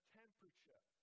temperature